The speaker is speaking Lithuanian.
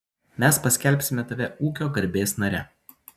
mes paskelbsime tave ūkio garbės nare